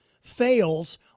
fails